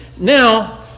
Now